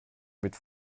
mit